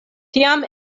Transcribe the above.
tiam